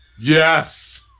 Yes